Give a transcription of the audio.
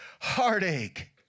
heartache